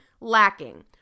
lacking